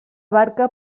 barca